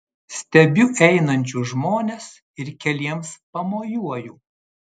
stebiu einančius žmones ir keliems pamojuoju